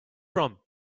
from